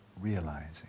realizing